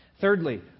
Thirdly